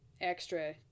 extra